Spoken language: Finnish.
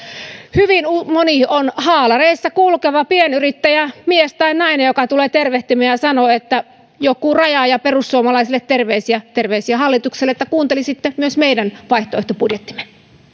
hyvin moni haalareissa kulkeva pienyrittäjä mies tai nainen tulee tervehtimään ja sanoo että joku raja ja perussuomalaisille terveisiä terveisiä hallitukselle että kuuntelisitte myös meidän vaihtoehtobudjettimme